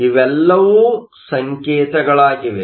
ಇವೆಲ್ಲವೂ ಸಂಕೇತಗಳಾಗಿವೆ